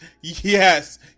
yes